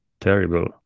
terrible